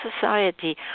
society